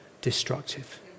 destructive